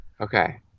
Okay